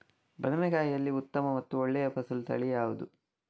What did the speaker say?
ಬದನೆಕಾಯಿಯಲ್ಲಿ ಉತ್ತಮ ಮತ್ತು ಒಳ್ಳೆಯ ಫಸಲು ತಳಿ ಯಾವ್ದು?